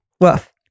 woof